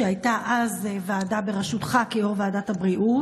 שהייתה אז ועדה בראשותך כיו"ר ועדת הבריאות,